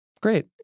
Great